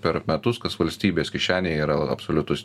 per metus kas valstybės kišenėje yra absoliutus